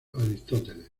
aristóteles